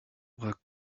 bras